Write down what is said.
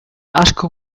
asko